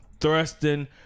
thrusting